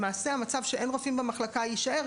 צריך לזכור שהמצב שאין רופאים במחלקה יישאר.